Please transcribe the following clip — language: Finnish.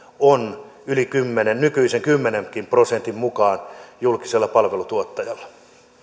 on yli nykyisenkin kymmenen prosentin julkisella palvelutuottajalla